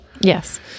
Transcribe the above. yes